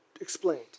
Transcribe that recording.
explained